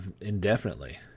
indefinitely